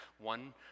one